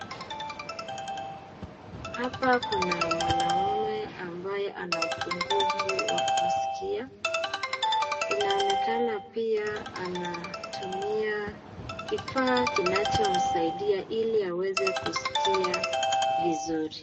Hapa kuna mwanaume ambaye ana upungufu wa kusikia. Inaonekana pia anatumia kifaa kinachomsaidia ili aweze kusikia vizuri.